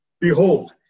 Behold